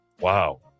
Wow